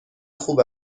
خوب